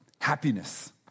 happiness